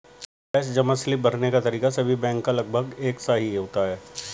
cash जमा slip भरने का तरीका सभी बैंक का लगभग एक सा ही होता है